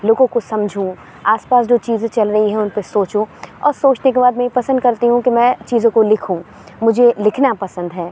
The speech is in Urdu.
لوگوں کو سمجھوں آس پاس جو چیزیں چل رہی ہیں اُن پہ سوچوں اور سوچنے کے بعد میں یہ پسند کرتی ہوں کہ میں چیزوں کو لکھوں مجھے لکھنا پسند ہے